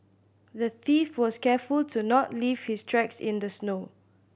the thief was careful to not leave his tracks in the snow